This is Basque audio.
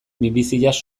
minbiziaz